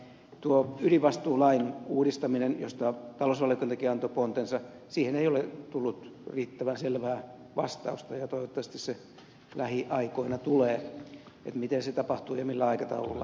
tuohon ydinvastuulain uudistamiseen josta talousvaliokuntakin antoi pontensa ei ole tullut riittävän selvää vastausta ja toivottavasti se lähiaikoina tulee miten se tapahtuu ja millä aikataululla